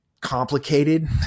complicated